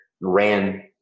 ran